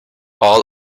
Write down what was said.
all